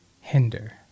Hinder